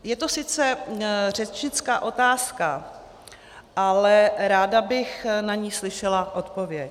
Je to sice řečnická otázka, ale ráda bych na ni slyšela odpověď.